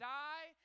die